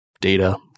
data